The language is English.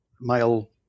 male